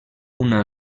una